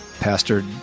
Pastor